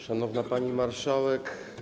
Szanowna Pani Marszałek!